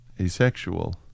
asexual